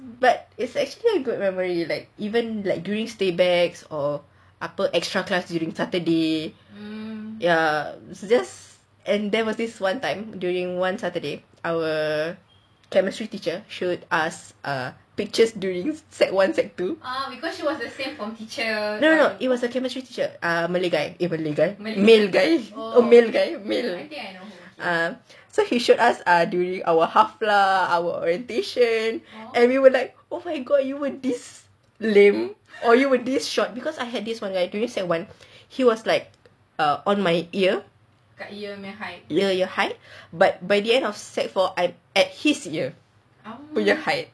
but it's actually good memory like even like during stay backs or upper extra class during saturday ya this and there was this one time during one saturday our chemistry teacher showed us err pictures during secondary one secondary two no no it was a chemistry teacher malay guy err male guy male so he showed us during our sec one sec two during our orientation and we were like oh my god you were this lame or you were this short because I had this one guy during secondary one he was like err on my ear ear height by the end of secondary four I am at his ear punya height